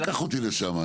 אל תיקח אותי לשם.